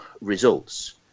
results